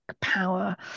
power